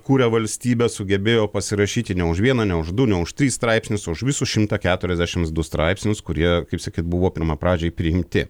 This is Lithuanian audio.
kūrė valstybę sugebėjo pasirašyti ne už vieną ne už du ne už tris straipsnius o už visus šimtą keturiasdešims du straipsnius kurie kaip sakyt buvo pirmapradžiai priimti